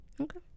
okay